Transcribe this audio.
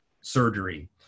surgery